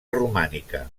romànica